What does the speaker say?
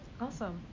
Awesome